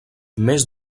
més